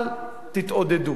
אל תתעודדו.